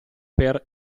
per